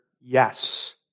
yes